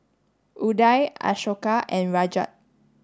Udai Ashoka and Rajat